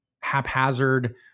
haphazard